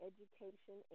Education